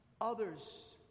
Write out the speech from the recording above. others